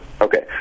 Okay